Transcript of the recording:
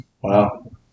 Wow